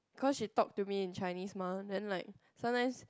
cause she talk to me in Chinese mah then like sometimes